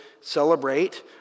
celebrate